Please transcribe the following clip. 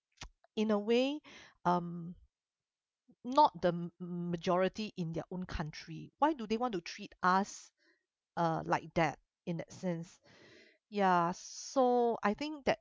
in a way um not the majority in their own country why do they want to treat us uh like that in that sense ya so I think that